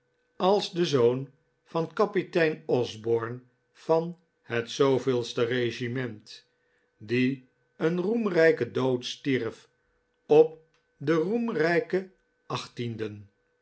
als de zoon van kapitein osborne van het de regiment die een roemrijken dood stierf op den roemrijken